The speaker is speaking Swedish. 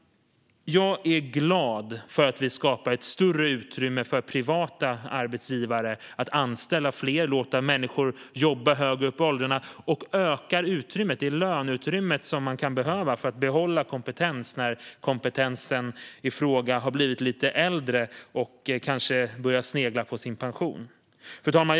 Jag är glad att vi skapar ett större utrymme för privata arbetsgivare att anställa fler och låta människor jobba högre upp i åldrarna och att vi ökar det löneutrymme som man kan behöva för att behålla kompetens när kompetensen i fråga har blivit lite äldre och kanske börjar snegla mot sin pension. Fru talman!